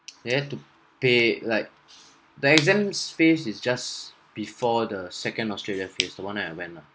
they have to pay like the exams phase is just before the second australia phase the [one] that I went lah